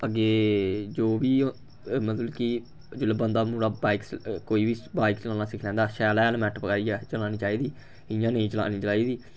अग्गें जो बी मतलब कि जिसलै बंदा मुड़ा बाइक कोई बी बाइक चलाना सिक्खी लैंदा शैल हैलमट पाइयै चलानी चाहिदी इ'यां नेईं चलानी चाहिदी